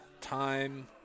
time